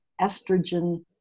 estrogen